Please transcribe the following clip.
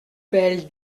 belle